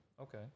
Okay